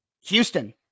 Houston